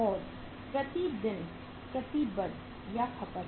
और प्रति दिन प्रतिबद्ध या खपत